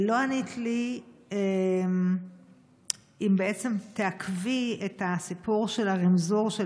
לא ענית לי אם בעצם תעכבי את הסיפור של הרִמזוּר של